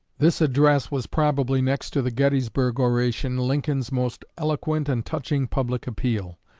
this address was probably, next to the gettysburg oration, lincoln's most eloquent and touching public appeal.